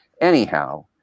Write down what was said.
anyhow